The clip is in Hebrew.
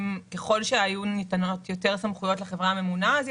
ככל שהיו ניתנות יותר סמכויות לחברה הממונה אז היא